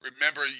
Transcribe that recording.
remember